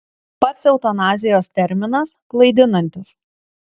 pats eutanazijos terminas klaidinantis